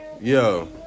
Yo